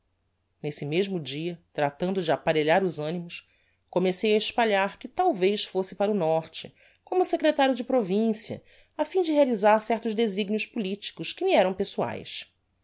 nesse mesmo dia tratando de apparelhar os animos comecei a espalhar que talvez fosse para o norte como secretario de provincia afim de realizar certos designios politicos que me eram pessoaes